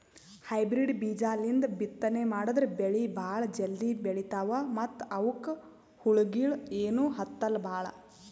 hybrid ಬೀಜಾಲಿಂದ ಬಿತ್ತನೆ ಮಾಡದ್ರ್ ಬೆಳಿ ಭಾಳ್ ಜಲ್ದಿ ಬೆಳೀತಾವ ಮತ್ತ್ ಅವಕ್ಕ್ ಹುಳಗಿಳ ಏನೂ ಹತ್ತಲ್ ಭಾಳ್